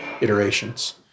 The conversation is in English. iterations